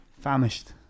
Famished